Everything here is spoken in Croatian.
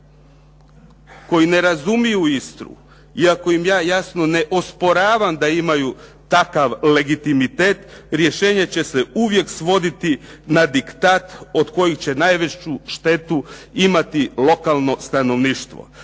koji ne razumiju Istru, iako im ja jasno ne osporavam da imaju takav legitimitet, rješenje će se uvijek svoditi na diktat od kojih će najveću štetu imati lokalno stanovništvo.